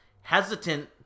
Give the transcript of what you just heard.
hesitant